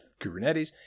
kubernetes